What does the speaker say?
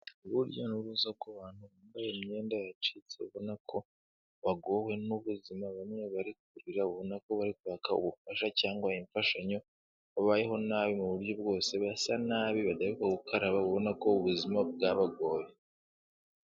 Urujya n'uruza rw'abantu bambaye imyenda yacitse ubona ko bagowe n'ubuzima, bamwe bari kurera ubona ko bari kwaka ubufasha cyangwa imfashanyo, babayeho nabi mu buryo bwose, basa nabi badahe gukaraba babona ko ubuzima bwabagoye.